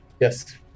Yes